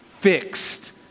fixed